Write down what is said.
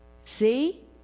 See